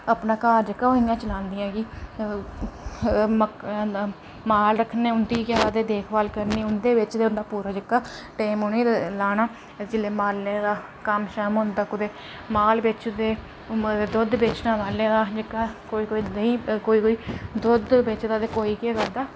अपना घर जेह्का ओह् इयां चलांदियां मक्का माल रक्खने उंदी गै देख भाल करनी उंदे बिच गै उंदा पूरा जेहका टैम उनेंई लाना जिल्लै मालै दा कम्म शम्म होंदा कुदै माल बेचीड़दे मगर दुद्ध बेचना मालै दा जेह्का कोई कोई जेह्का दुद्ध बेचदा ते कोई केह् करदा